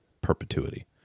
perpetuity